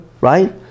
right